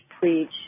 preach